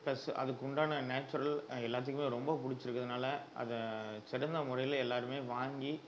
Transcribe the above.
plus அதுக்கு உண்டான natural எல்லாத்துக்குமே ரொம்ப பிடிச்சிருக்கறதுனால அதை சிறந்த முறையில் எல்லோருமே வாங்கி